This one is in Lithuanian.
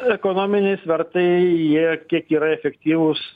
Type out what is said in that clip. ekonominiai svertai jie kiek yra efektyvūs